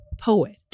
poet